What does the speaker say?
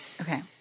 Okay